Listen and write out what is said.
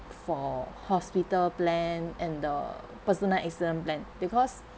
for hospital plan and the personal accident plan because